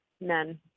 none